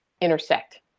intersect